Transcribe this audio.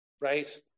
right